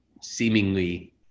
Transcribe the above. seemingly